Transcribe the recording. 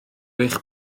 eich